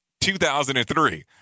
2003